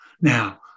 Now